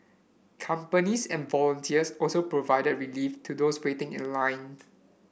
companies and volunteers also provided relief to those waiting in line